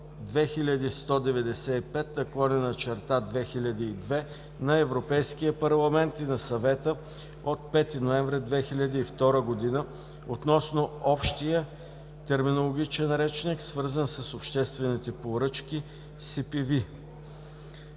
2195/2002 на Европейския парламент и на Съвета от 5 ноември 2002 г. относно Общия терминологичен речник, свързан с обществените поръчки (CPV).